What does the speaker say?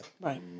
Right